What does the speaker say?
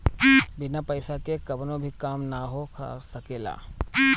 बिना पईसा के कवनो भी काम ना हो सकेला